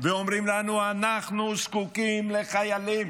ואומרים לנו: אנחנו זקוקים לחיילים,